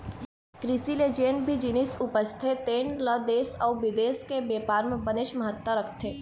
कृषि ले जेन भी जिनिस उपजथे तेन ल देश अउ बिदेश के बेपार म बनेच महत्ता रखथे